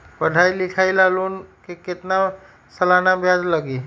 पढाई लिखाई ला लोन के कितना सालाना ब्याज लगी?